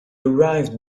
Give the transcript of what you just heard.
arrived